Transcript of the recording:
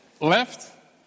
Left